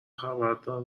خبردار